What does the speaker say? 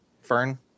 Fern